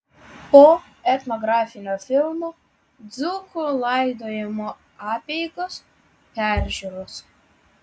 po etnografinio filmo dzūkų laidojimo apeigos peržiūros